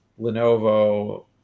Lenovo